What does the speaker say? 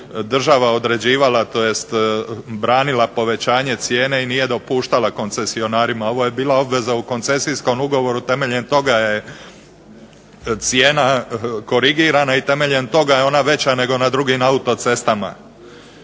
država određivala tj. branila povećanje cijene i nije dopuštala koncesionarima, ovo je bila obveza u koncesijskom ugovoru temeljem toga je cijena korigirana i temeljem toga je ona veća nego na drugim autocestama.